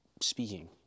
speaking